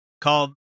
called